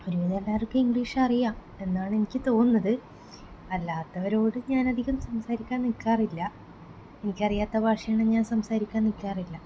ഒരുവിധം എല്ലാവർക്കും ഇംഗ്ലീഷ് അറിയാം എന്നാണ് എനിക്ക് തോന്നുന്നത് അല്ലാത്തവരോട് ഞാൻ അധികം സംസാരിക്കാൻ നിക്കാറില്ല എനിക്ക് അറിയാത്ത ഭാഷയാണേൽ ഞാൻ സംസാരിക്കാൻ നിക്കാറില്ല